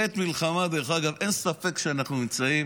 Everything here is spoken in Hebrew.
אין ספק שאנחנו נמצאים